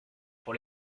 pour